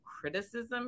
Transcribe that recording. criticism